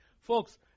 Folks